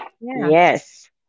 Yes